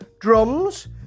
drums